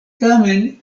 tamen